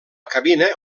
cabina